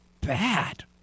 bad